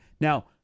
now